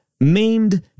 maimed